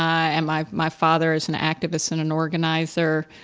and my, my father is an activist and an organizer,